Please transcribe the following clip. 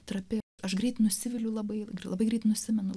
trapi aš greit nusiviliu labai labai greit nusimenu